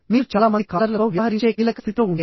మీరు చాలా మంది కాలర్లతో వ్యవహరించే కీలక స్థితిలో ఉంటే